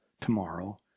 tomorrow